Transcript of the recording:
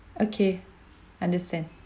okay understand